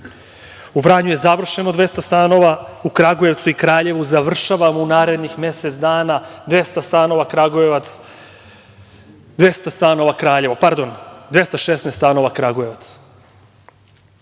U Vranju je završeno 200 stanova, u Kragujevcu i Kraljevu završavamo u narednih mesec dana 200 stanova, Kragujevac 216 stanova. Planiramo